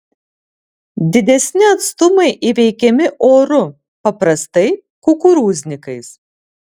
didesni atstumai įveikiami oru paprastai kukurūznikais